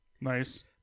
Nice